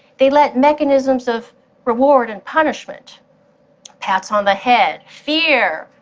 they let mechanisms of reward and punishment pats on the head, fear,